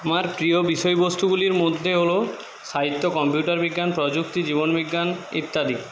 আমার প্রিয় বিষয়বস্তুগুলির মধ্যে হল সাহিত্য কম্পিউটার বিজ্ঞান প্রযুক্তি জীবন বিজ্ঞান ইত্যাদি